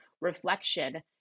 reflection